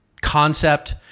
concept